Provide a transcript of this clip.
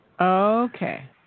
Okay